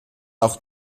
auch